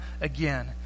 again